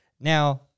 now